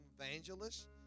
evangelists